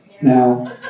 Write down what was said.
Now